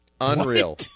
unreal